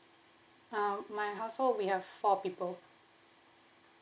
uh my household we have four people